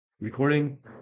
recording